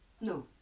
No